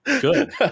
good